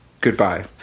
Goodbye